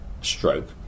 stroke